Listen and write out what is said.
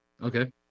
Okay